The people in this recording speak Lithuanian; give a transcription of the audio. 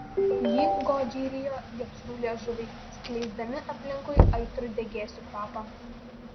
jį godžiai rijo liepsnų liežuviai skleisdami aplinkui aitrų degėsių kvapą